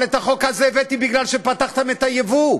אבל את החוק הזה הבאתי כי פתחתם את הייבוא,